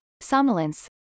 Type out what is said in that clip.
somnolence